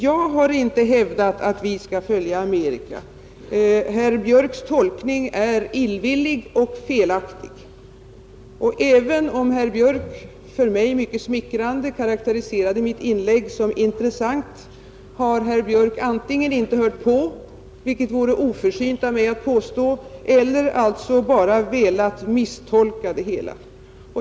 Jag har inte hävdat att vi skall följa Amerika. Herr Björks tolkning är illvillig och felaktig. Och även om herr Björk, för mig mycket smickrande, karakteriserade mitt inlägg som intressant, har herr Björk därför antingen inte hört på — vilket vore oförsynt av mig att påstå — eller bara velat misstolka det.